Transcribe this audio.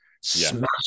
smash